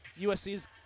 USC's